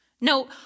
No